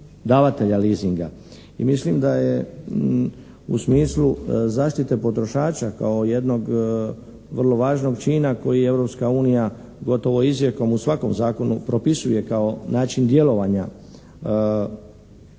davatelja leasinga. I mislim da je u smislu zaštite potrošača kao jednog vrlo važnog čina koji Europska unija gotovo izrijekom u svakom zakonu propisuje kao način djelovanja